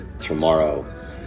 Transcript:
tomorrow